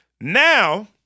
now